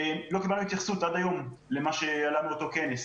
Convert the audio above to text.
אבל עד היום לא קיבלנו התייחסות למה שעלה מאותו כנס.